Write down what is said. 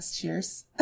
cheers